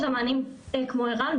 יש מענים כמו ער"ן,